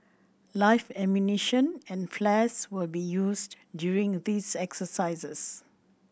live ammunition and flares will be used during these exercises